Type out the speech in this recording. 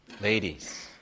Ladies